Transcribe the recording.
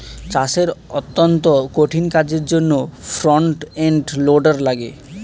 চাষের অত্যন্ত কঠিন কাজের জন্যে ফ্রন্ট এন্ড লোডার লাগে